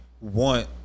want